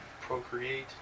procreate